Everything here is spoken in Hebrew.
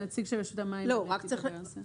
אני חושבת שנציג של רשות המים ידבר על זה.